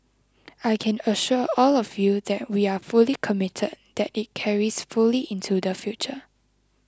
I can assure all of you that we are fully committed that it carries fully into the future